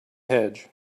hedge